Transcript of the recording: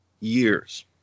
years